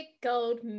gold